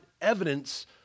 evidence